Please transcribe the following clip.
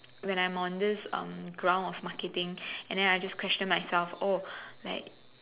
when I'm on this um ground of marketing and then I just question myself oh like